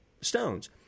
stones